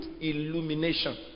illumination